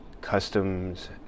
customs